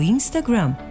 Instagram